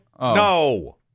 No